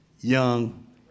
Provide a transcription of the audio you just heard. young